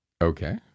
Okay